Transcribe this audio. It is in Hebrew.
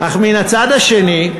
אך מן הצד השני,